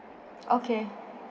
okay